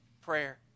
prayer